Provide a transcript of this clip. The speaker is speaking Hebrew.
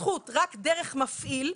זכות רק דרך מפעיל,